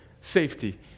safety